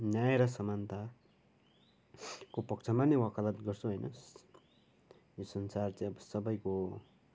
न्याय र समानताको पक्षमा नै वकालत गर्छु होइन यो संसार चाहिँ अब सबैको हो